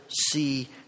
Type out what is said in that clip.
see